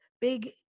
big